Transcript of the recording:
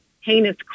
heinous